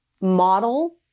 model